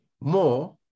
more